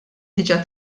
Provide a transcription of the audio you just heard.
diġà